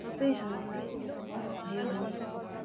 तपाईँहरूलाई आउनुभयो भने